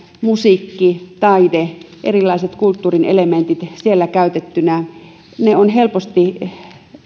musiikki taide erilaiset kulttuurin elementit siellä käytettyinä ovat helposti